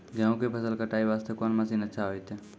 गेहूँ के फसल कटाई वास्ते कोंन मसीन अच्छा होइतै?